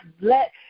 let